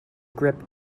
grip